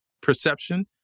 perception